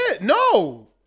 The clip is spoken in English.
no